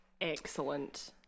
Excellent